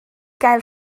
gael